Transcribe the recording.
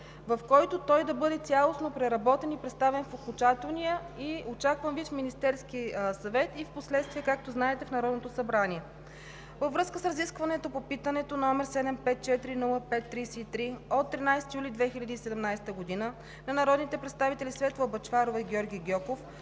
в който да бъде цялостно преработен, представен в окончателен и очакван вид в Министерския съвет и впоследствие, както знаете, в Народното събрание. Във връзка с разискване по питането, № 754-05-33, от 13 юли 2017 г. на народните представители Светла Бъчварова и Георги Гьоков